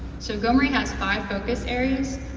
so gomri has five focus areas.